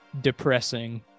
depressing